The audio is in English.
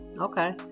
Okay